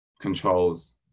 controls